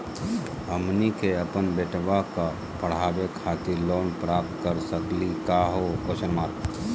हमनी के अपन बेटवा क पढावे खातिर लोन प्राप्त कर सकली का हो?